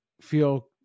feel